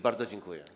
Bardzo dziękuję.